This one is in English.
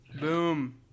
Boom